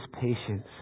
patience